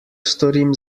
storim